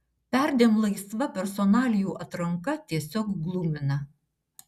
perdėm laisva personalijų atranka tiesiog glumina